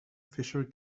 fisher